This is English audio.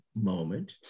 moment